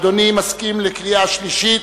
אדוני מסכים לקריאה שלישית?